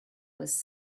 was